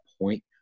point